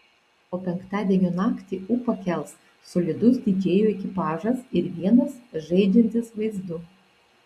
o penktadienio naktį ūpą kels solidus didžėjų ekipažas ir vienas žaidžiantis vaizdu